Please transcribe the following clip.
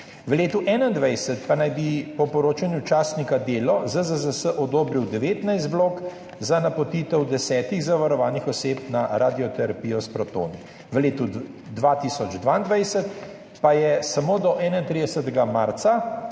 V letu 2021 pa naj bi po poročanju časnika Delo ZZZS odobril 19 vlog za napotitev desetih zavarovanih oseb na radioterapijo s protoni. V letu 2022 pa je samo do 31. marca